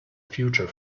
future